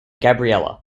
gabriella